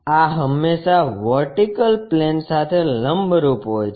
આ હંમેશા vertical plane સાથે લંબરૂપ હોય છે